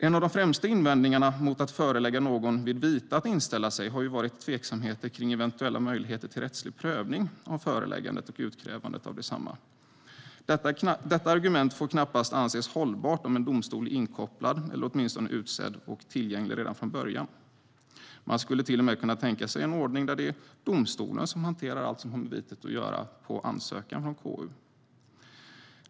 En av de främsta invändningarna mot att förelägga någon vid vite att inställa sig har varit tveksamheter kring eventuella möjligheter till rättslig prövning av föreläggande och utkrävande av detsamma. Detta argument får knappast anses hållbart om en domstol är inkopplad eller åtminstone utsedd och tillgänglig redan från början. Man skulle till och med kunna tänka sig en ordning där det är domstolen som hanterar allt som har med vitet att göra på ansökan av KU.